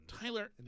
Tyler